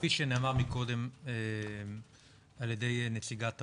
כפי שנאמר מקודם על ידי נציגת ההורים,